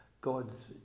god's